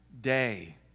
day